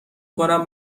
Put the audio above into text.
کنم